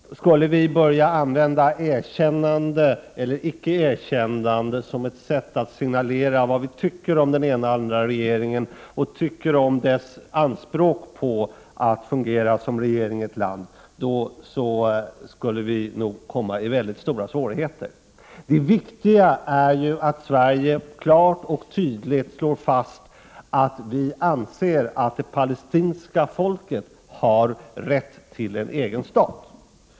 Skulle vi börja använda erkännande eller icke-erkännande som ett sätt att signalera vad vi tycker om den ena eller andra regeringen och om dess anspråk på att fungera som regering i ett land, skulle vi nog råka i mycket stora svårigheter. Det viktiga är ju att Sverige klart och tydligt slår fast att Sverige anser att det palestinska folket har rätt till en egen stat.